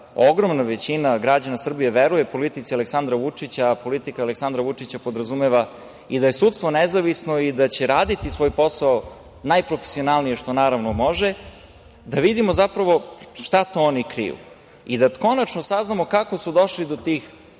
ogromna većina građana Srbije veruje politici Aleksandra Vučića. Politika Aleksandra Vučića podrazumeva i da je sudstvo nezavisno i da će raditi svoj posao najprofesionalnije, što naravno može, da vidimo zapravo šta to oni kriju i da konačno saznamo kako su došli do tih,